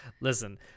Listen